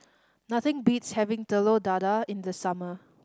nothing beats having Telur Dadah in the summer